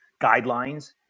guidelines